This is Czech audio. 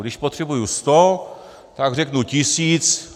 Když potřebuji sto, tak řeknu tisíc.